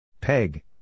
Peg